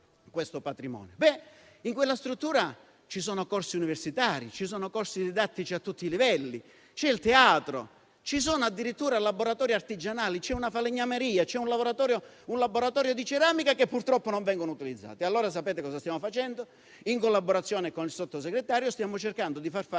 In quella struttura ci sono corsi universitari, corsi didattici a tutti i livelli; c'è il teatro e ci sono addirittura laboratori artigianali, una falegnameria e un laboratorio di ceramica, purtroppo non utilizzati. Allora sapete cosa stiamo facendo? In collaborazione con il Sottosegretario stiamo cercando di fare